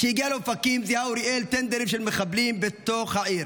כשהגיע לאופקים זיהה אוריאל טנדרים של מחבלים בתוך העיר